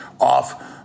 off